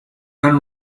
and